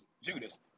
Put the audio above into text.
Judas